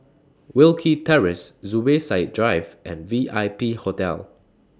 Wilkie Terrace Zubir Said Drive and V I P Hotel